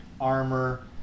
armor